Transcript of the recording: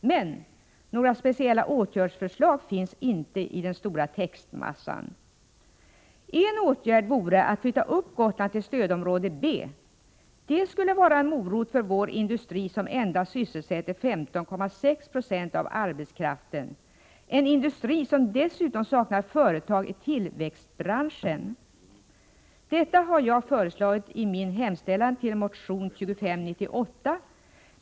Men några speciella åtgärdsförslag finns inte i den stora textmassan. En åtgärd vore att flytta upp Gotland till stödområde B. Det skulle kanske vara en morot för vår industri, som sysselsätter endast 15,6 90 av arbetskraften — en industri som dessutom saknar företag i tillväxtbranschen. Detta har jag föreslagit i hemställan i min motion 2598.